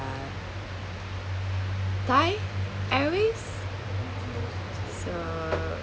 uh thai airways so